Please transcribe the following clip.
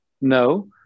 No